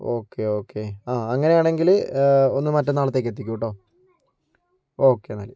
okay okay ആ ഒന്ന് മറ്റന്നാളത്തേക്ക് എത്തിക്കൂ കേട്ടോ ഓക്കെ എന്നാൽ